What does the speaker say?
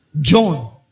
john